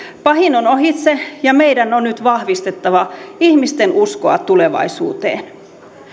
pahin on ohitse ja meidän on nyt vahvistettava ihmisten uskoa tulevaisuuteen